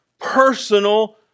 personal